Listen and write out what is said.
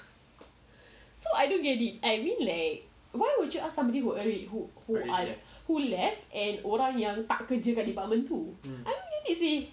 so I don't get it I mean like why would you ask somebody who who who left and orang yang tak kerja dekat department tu I don't get it seh